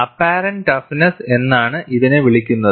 apparent toughness എന്നാണ് ഇതിനെ വിളിക്കുന്നത്